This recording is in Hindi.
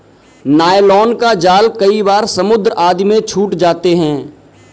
नायलॉन का जाल कई बार समुद्र आदि में छूट जाते हैं